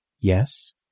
Yes